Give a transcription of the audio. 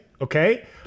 Okay